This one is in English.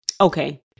okay